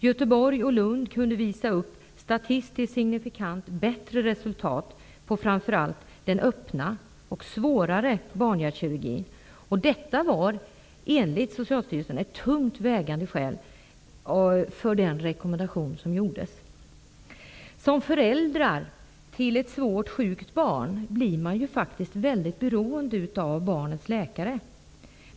Göteborg och Lund kunde visa upp statistiskt signifikant bättre resultat inom framför allt den öppna och svårare barnhjärtkirurgin. Detta var, enligt Socialstyrelsen, ett tungt vägande skäl för den rekommendation som gjordes. Föräldrar till ett svårt sjukt barn blir ju väldigt beroende av barnets läkare.